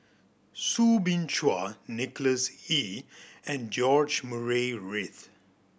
Soo Bin Chua Nicholas Ee and George Murray Reith